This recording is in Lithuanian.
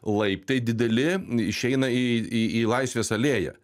laiptai dideli išeina į į į laisvės alėją